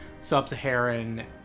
Sub-Saharan